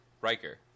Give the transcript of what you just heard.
Riker